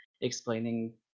explaining